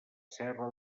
serra